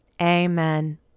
amen